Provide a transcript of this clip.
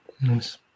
Nice